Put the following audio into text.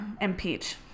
Impeach